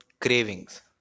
cravings